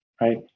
right